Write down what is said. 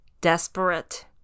desperate